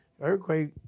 Earthquake